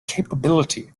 capability